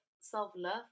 self-love